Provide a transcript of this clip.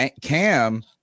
Cam